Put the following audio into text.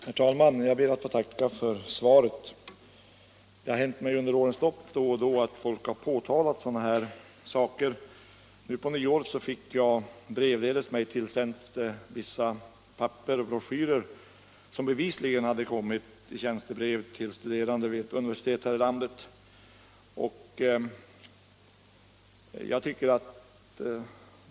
Herr talman! Jag ber att få tacka för svaret. Det har hänt mig under årens lopp då och då att folk påtalat sådana här saker. På nyåret fick jag brevledes mig tillsänt vissa papper och broschyrer, som bevisligen hade kommit i tjänstebrev till studerande vid universitet här i landet.